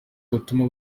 gutuma